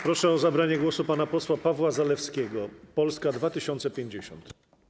Proszę o zabranie głosu pana posła Pawła Zalewskiego, Polska 2050.